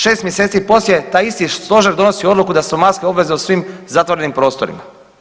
6 mjeseci poslije taj isti stožer donosi odluku da su maske obavezne u svim zatvorenim prostorima.